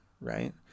Right